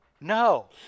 no